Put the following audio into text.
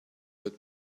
that